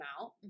out